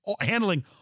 handling